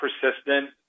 persistent